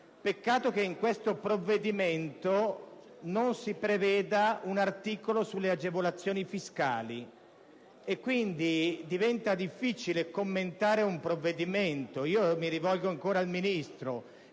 Peccato che in questo provvedimento non si preveda un articolo sulle agevolazioni fiscali. Quindi, diventa difficile commentare un provvedimento. Mi rivolgo ancora al Ministro,